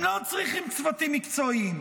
הם לא צריכים צוותים מקצועיים,